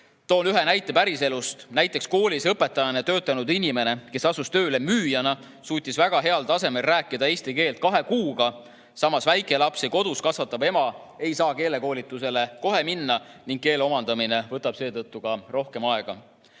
Toon ühe näite päriselust. Näiteks, koolis õpetajana töötanud inimene, kes asus tööle müüjana, suutis väga heal tasemel rääkida eesti keelt kahe kuuga, samas väikelapsi kodus kasvatav ema ei saa keelekoolitusele kohe minna ning seetõttu võtab tal keele omandamine rohkem aega.